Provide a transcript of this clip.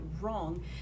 wrong